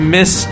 Miss